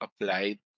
applied